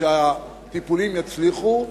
שהטיפולים יצליחו,